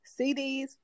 CDs